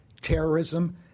terrorism